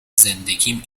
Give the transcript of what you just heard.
زندگیم